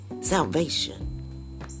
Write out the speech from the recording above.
Salvation